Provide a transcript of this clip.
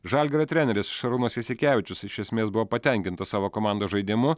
žalgirio treneris šarūnas jasikevičius iš esmės buvo patenkintas savo komandos žaidimu